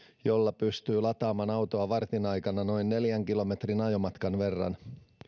jolla pystyy lataamaan autoa vartin aikana noin neljän kilometrin ajomatkan verran